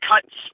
Cuts